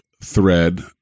thread